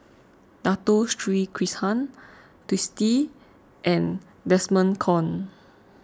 Dato Sri Krishna Twisstii and Desmond Kon